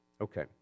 Okay